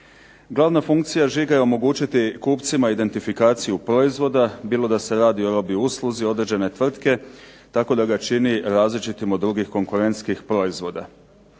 Glavna funkcija žiga je omogućiti kupcima identifikaciju proizvoda bilo da se radi o robi, usluzi određene tvrtke tako da ga čini različitim od drugih konkurentskih proizvoda.